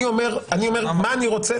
אני אומר מה אני רוצה